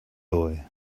boy